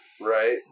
Right